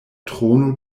trono